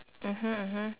mmhmm mmhmm